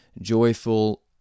joyful